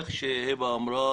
כפי שהיבה אמרה,